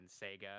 Sega